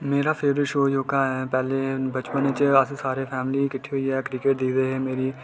मेरा favourite show जोह्का ऐ पैह्ले बचपन च अस सारे पूरी फैमली किट्ठी होइयै क्रिकेट दिखदे हे